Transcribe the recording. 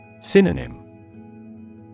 Synonym